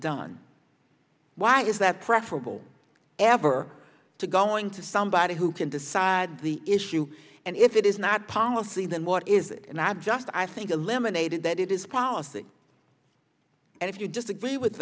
done why is that preferable ever to going to somebody who can decide the issue and if it is not policy then what is it and i just i think eliminated that it is policy and if you disagree with